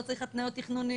לא צריך התניות תכנוניות,